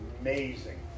amazing